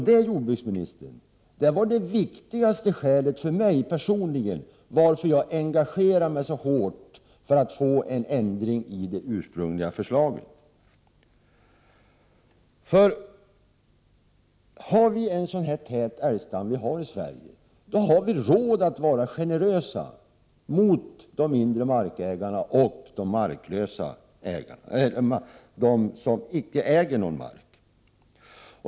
Det, jordbruksministern, var det viktigaste skälet till att jag personligen engagerade mig så hårt för att få till stånd en ändring i det ursprungliga förslaget. Med en så tät älgstam som vi har i Sverige har vi råd att vara generösa mot de mindre markägarna och de marklösa.